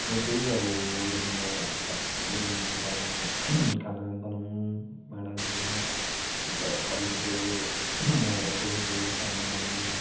म त्यही अब रुममा रुम घरमा खाना बनाउनु भाँडा धुनु अन्त कलेज गयो आएर फेरि त्यही खाना बनाउनु